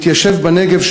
והתיישב בנגב,